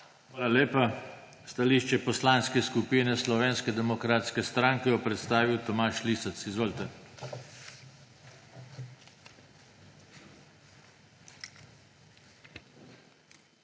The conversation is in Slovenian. Hvala lepa. Stališče Poslanske skupine Slovenske demokratske stranke bo predstavil Tomaž Lisec. Izvolite. **TOMAŽ